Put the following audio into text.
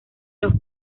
los